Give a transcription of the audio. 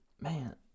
man